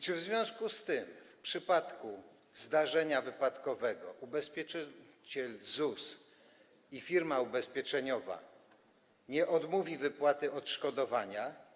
Czy w związku z tym w przypadku zdarzenia wypadkowego ubezpieczyciel ZUS i firma ubezpieczeniowa nie odmówią wypłaty odszkodowania?